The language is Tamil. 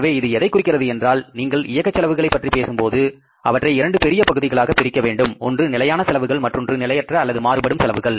எனவே இது எதை குறிக்கிறது என்றால் நீங்கள் இயக்க செலவுகளைப் பற்றி பேசும்பொழுது அவற்றை இரண்டு பெரிய பகுதிகளாக பிரிக்க வேண்டும் ஒன்று நிலையான செலவுகள் மற்றொன்று நிலையற்ற அல்லது மாறுபடும் செலவுகள்